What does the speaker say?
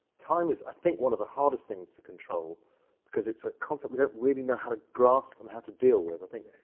time is, i think, one of the hardest things to control because it's a concept we don't really know how to grasp and have to deal with, i think.